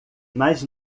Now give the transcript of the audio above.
mais